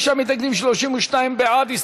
מתנגדים, 32 בעד.